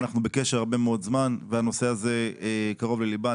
אנחנו בקשר הרבה מאוד זמן והנושא הזה קרוב לליבה.